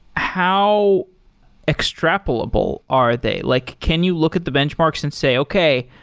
how extrapolable are they? like can you look at the benchmarks and say, okay.